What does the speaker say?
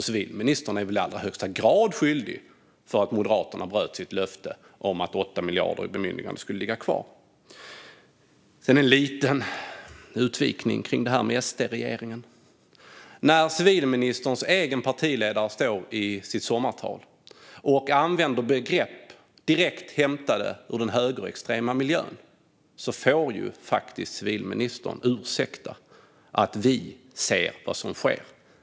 Civilministern är därmed i allra högsta grad skyldig till att Moderaterna bröt sitt löfte om att 8 miljarder i bemyndigande skulle ligga kvar. Sedan vill jag göra en liten utvikning kring detta med SD-regeringen. När civilministerns egen partiledare i sitt sommartal står och använder begrepp direkt hämtade från den högerextrema miljön får civilministern faktiskt ursäkta att vi ser vad som sker.